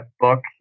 book